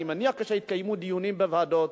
אני מניח שיתקיימו דיונים בוועדות,